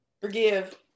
Forgive